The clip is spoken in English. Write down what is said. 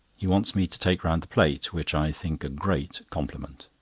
he wants me to take round the plate, which i think a great compliment.